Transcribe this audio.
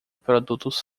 produtos